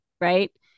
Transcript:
Right